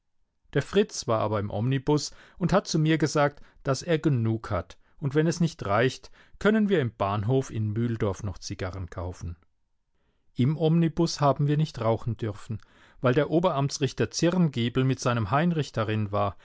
der fritz war aber im omnibus und hat zu mir gesagt daß er genug hat und wenn es nicht reicht können wir im bahnhof in mühldorf noch zigarren kaufen im omnibus haben wir nicht rauchen dürfen weil der oberamtsrichter zirngiebl mit seinem heinrich darin war